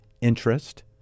interest